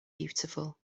beautiful